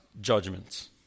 judgments